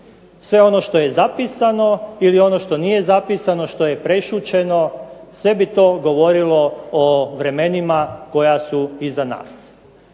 Sve ono što je zapisano ili ono što nije zapisano, što je prešućeno sve bi to govorilo o vremenima koja su iza nas.